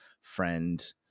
friend